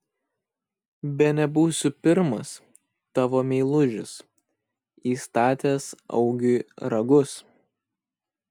bene būsiu pirmas tavo meilužis įstatęs augiui ragus